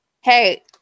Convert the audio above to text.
Hey